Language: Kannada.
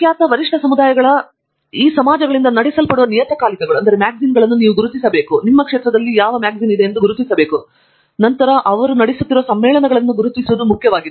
ಪ್ರಖ್ಯಾತ ವರಿಷ್ಠ ಸಮುದಾಯಗಳ ಈ ಸಮಾಜಗಳಿಂದ ನಡೆಸಲ್ಪಡುವ ನಿಯತಕಾಲಿಕಗಳನ್ನು ಗುರುತಿಸುವುದು ಮತ್ತು ನಂತರ ಅವು ನಡೆಸುತ್ತಿರುವ ಸಮ್ಮೇಳನಗಳನ್ನು ಗುರುತಿಸುವುದು ಮುಖ್ಯ ವಿಷಯವಾಗಿದೆ